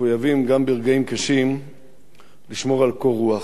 מחויבים גם ברגעים קשים לשמור על קור רוח,